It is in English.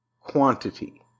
quantity